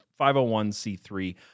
501c3